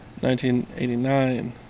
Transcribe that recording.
1989